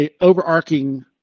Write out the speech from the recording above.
overarching